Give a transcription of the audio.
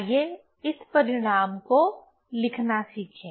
आइए इस परिणाम को लिखना सीखें